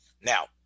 now